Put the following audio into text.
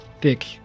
thick